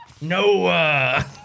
Noah